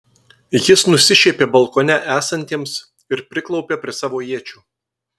jis nusišiepė balkone esantiems ir priklaupė prie savo iečių